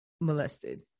Molested